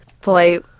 play